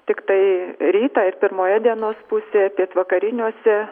tiktai rytą ir pirmoje dienos pusėje pietvakariniuose